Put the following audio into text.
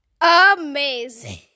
Amazing